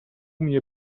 mnie